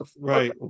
right